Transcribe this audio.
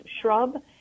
shrub